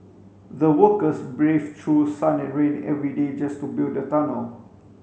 the workers braved through sun and rain every day just to build the tunnel